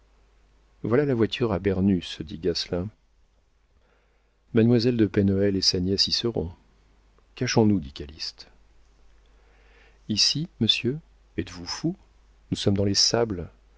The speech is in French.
voilà la voiture à bernus dit gasselin mademoiselle de pen hoël et sa nièce y seront cachons nous dit calyste ici monsieur êtes-vous fou nous sommes dans les sables